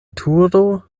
turo